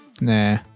Nah